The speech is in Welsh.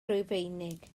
rufeinig